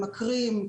ממכרים,